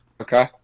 Okay